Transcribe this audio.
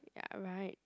ya right